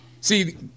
See